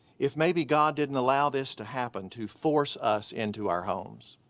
if maybe god didn't allow this to happen to force us into our homes.